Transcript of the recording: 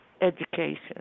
education